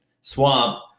swamp